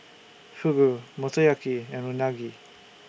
Fugu Motoyaki and Unagi